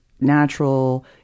natural